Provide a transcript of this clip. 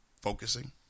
focusing